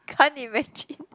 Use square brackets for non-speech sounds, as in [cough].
[laughs] can't imagine